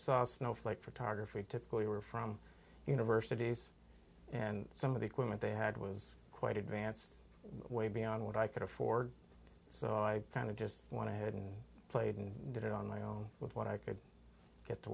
saw snowflake photography typically were from universities and some of the equipment they had was quite advanced way beyond what i could afford so i kind of just want to head and played and did it on my own with what i could get to